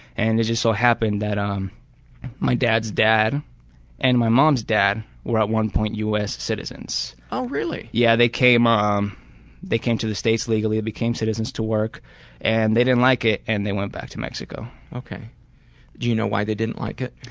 and it just so happened that um my dad's dad and my mom's dad were at one point us citizens. oh really? yeah they came um they came to the states legally, became citizens to work and they didn't like it and they went back to mexico. okay, do you know why they didn't like it?